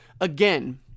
again